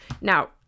Now